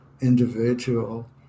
individual